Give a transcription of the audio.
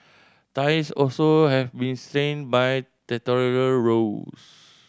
ties also have been strained by territorial rows